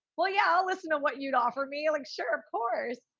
well, yeah, i'll listen to what you'd offer me. like sure! of course.